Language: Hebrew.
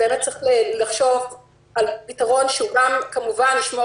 באמת צריך לחשוב על פתרון שגם כמובן ישמור